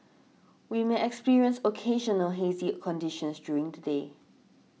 we may experience occasional hazy conditions during the day